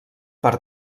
per